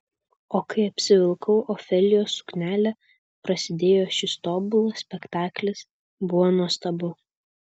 o kai apsivilkau ofelijos suknelę prasidėjo šis tobulas spektaklis buvo nuostabu